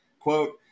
Quote